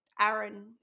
Aaron